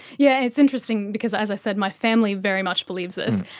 yeah it's interesting because, as i said, my family very much believes this,